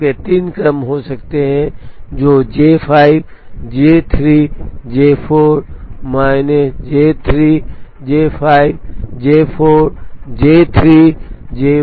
तो आपके तीन क्रम हो सकते हैं जो J5 J3 J4 J3 J5 J4 J3 J4 J5 हैं